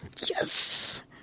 Yes